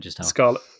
Scarlet